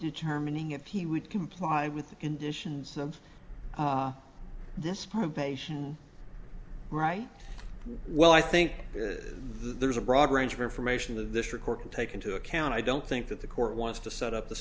determining if he would comply with the conditions of this poem patient right well i think there's a broad range of information that this record can take into account i don't think that the court wants to set up the